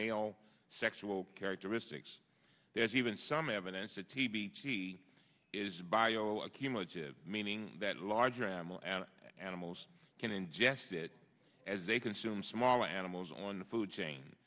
male sexual characteristics there's even some evidence that t b t is bio a cumulative meaning that larger animal and animals can ingest it as they consume small animals on the food chain